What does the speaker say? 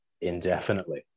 indefinitely